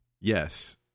Yes